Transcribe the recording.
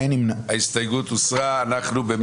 הצבעה ההסתייגות לא נתקבלה.